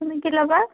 তুম কি ল'বা